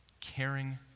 caring